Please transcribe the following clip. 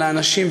על האנשים,